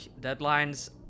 deadlines